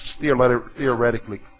theoretically